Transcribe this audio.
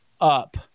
up